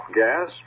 gas